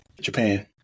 Japan